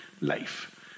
life